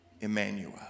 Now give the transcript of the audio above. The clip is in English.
Emmanuel